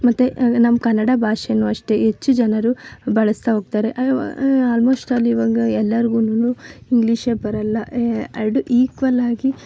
ಮತ್ತು ನಮ್ಮ ಕನ್ನಡ ಭಾಷೆಯು ಅಷ್ಟೆ ಹೆಚ್ಚು ಜನರು ಬಳಸ್ತಾ ಹೋಗ್ತಾರೆ ಆಲ್ಮೋಶ್ಟಲ್ ಇವಾಗ ಎಲ್ರಿಗೂನು ಇಂಗ್ಲೀಷೇ ಬರೋಲ್ಲ ಎರಡು ಈಕ್ವಲಾಗಿ